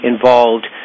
involved